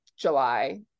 July